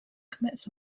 commits